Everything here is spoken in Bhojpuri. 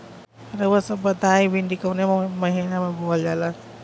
रउआ सभ बताई भिंडी कवने महीना में बोवल जाला?